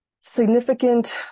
Significant